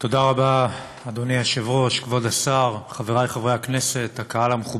ביטן, יחיאל חיליק בר, איתן ברושי, עבדאללה אבו